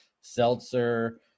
seltzer